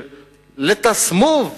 let us move,